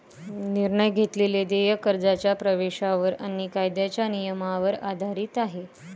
निर्णय घेतलेले देय कर्जाच्या प्रवेशावर आणि कायद्याच्या नियमांवर आधारित आहे